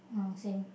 ah same